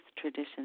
tradition